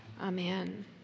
amen